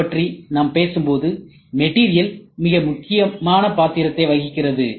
M பற்றி நாம் பேசும்போது மெட்டீரியல் மிக முக்கியமான பாத்திரத்தை வகிக்கிறது